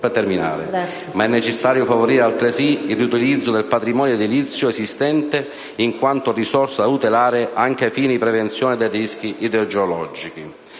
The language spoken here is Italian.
compromesso. Ma è necessario favorire, altresì, il riutilizzo del patrimonio edilizio esistente in quanto risorsa da tutelare anche ai fini di prevenzione dei rischi idrogeologici.